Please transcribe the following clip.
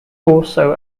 also